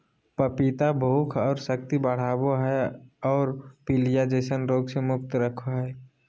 पपीता भूख और शक्ति बढ़ाबो हइ और पीलिया जैसन रोग से मुक्त रखो हइ